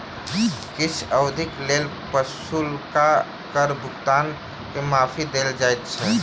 किछ अवधिक लेल पछुलका कर भुगतान के माफी देल जाइत अछि